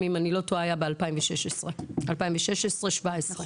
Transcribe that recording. << יור >> צריך לשים לב שגל הפיטורין של ניצבים היה ב-2016 - 2017,